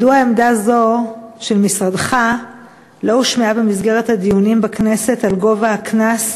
מדוע עמדה זו של משרדך לא הושמעה במסגרת הדיונים בכנסת על גובה הקנס,